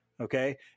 Okay